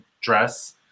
dress